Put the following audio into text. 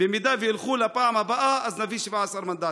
במידה שילכו, בפעם הבאה נביא 17 מנדטים.